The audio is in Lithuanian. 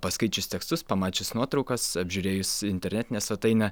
paskaičius tekstus pamačius nuotraukas apžiūrėjus internetinę svetainę